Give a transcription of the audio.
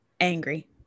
angry